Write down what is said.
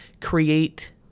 create